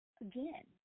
again